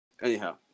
Anyhow